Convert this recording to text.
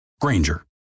Granger